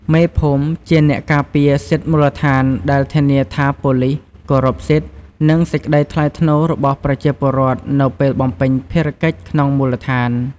មេភូមិជាអ្នកការពារសិទ្ធិមូលដ្ឋានដែលធានាថាប៉ូលីសគោរពសិទ្ធិ និងសេចក្តីថ្លៃថ្នូររបស់ប្រជាពលរដ្ឋនៅពេលបំពេញភារកិច្ចក្នុងមូលដ្ឋាន។